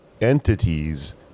entities